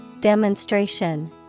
Demonstration